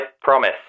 promise